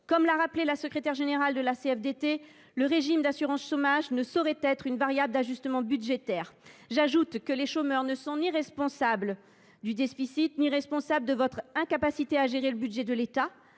Comme l’a rappelé la secrétaire générale de la CFDT, le régime d’assurance chômage ne saurait être une variable d’ajustement budgétaire. J’ajoute que les chômeurs ne sont responsables ni du déficit ni de votre incapacité à gérer le budget de l’État.